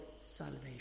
salvation